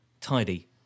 tidy